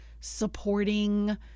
supporting